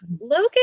Logan